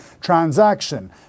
transaction